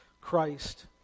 Christ